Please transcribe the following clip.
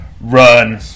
run